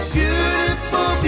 beautiful